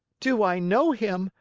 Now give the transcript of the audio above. do i know him?